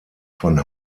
von